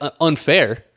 unfair